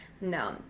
No